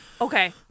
Okay